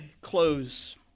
close